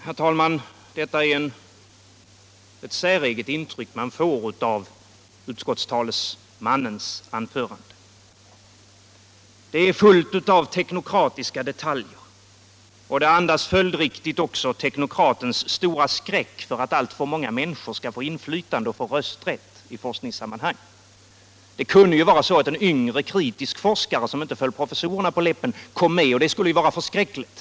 Herr talman! Det var ett säreget intryck man fick av det anförande som utskottets talesman här höll. Det var fullt av teknokratiska detaljer, och följdriktigt andades det också teknokratens stora skräck för att alltför många människor skall få inflytande och rösträtt i forskningssammanhang. Det kunde medföra att en yngre, kritisk forskare, som inte föll professorerna på läppen, kom med — och det skulle vara förskräckligt!